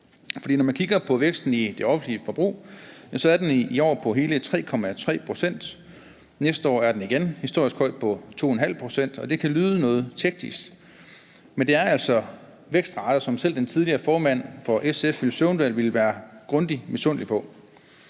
når man kigger på væksten i det offentlige forbrug, er den i år på hele 3,3 pct. Næste år er den igen historisk høj på 2,5 pct. Det kan lyde noget teknisk, men det er altså vækstrater, som selv den tidligere formand for SF Villy Søvndal ville være grundigt misundelig på.